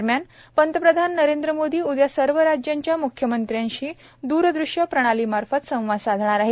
दरम्यान पंतप्रधान नरेंद्र मोदी उद्या सर्व राज्यांच्या म्ख्यमंत्र्यांसोबतद्रदृष्य प्रणाली मार्फत संवाद साधणार आहेत